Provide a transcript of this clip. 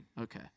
Okay